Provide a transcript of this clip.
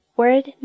?word